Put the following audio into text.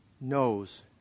knows